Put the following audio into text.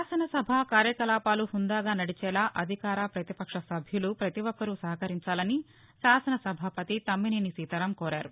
శాసనసభ కార్యకలాపాలు హుందాగా నడిచేలా అధికార ప్రతిపక్ష సభ్యులు ప్రపతి ఒక్కరూ సహకరించాలని శాసన సభాపతి తమ్మినేని సీతారాం కోరారు